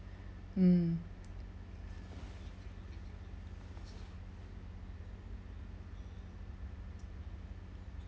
mm